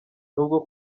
n’ubwo